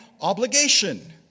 obligation